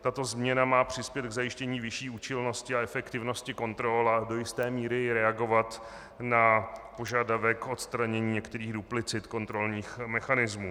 Tato změna má přispět k zajištění vyšší účelnosti a efektivnosti kontrol a do jisté míry i reagovat na požadavek odstranění některých duplicit kontrolních mechanismů.